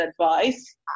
advice